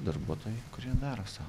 darbuotojai kurie daro sau